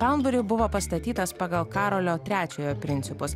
pastatytas pagal karolio trečiojo principus